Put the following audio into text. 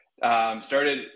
started